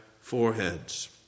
foreheads